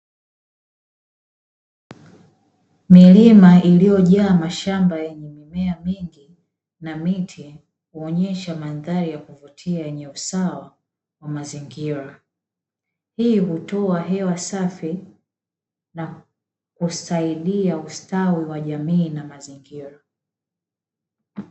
Milima iliyojaa mashamba yenye mimea mingi na miti, ikionyesha mandhari ya kuvutia yenye usawa wa mazingira. Hii hutoa hewa safi na husaidia ustawi wa jamii na mazingira.